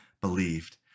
believed